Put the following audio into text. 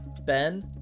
Ben